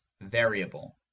variable